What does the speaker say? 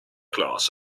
class